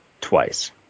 twice